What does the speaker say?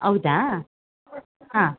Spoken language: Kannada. ಹೌದಾ ಹಾಂ